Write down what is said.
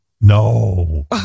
no